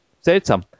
seltsam